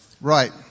Right